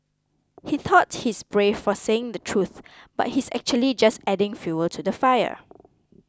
he thought he's brave for saying the truth but he's actually just adding fuel to the fire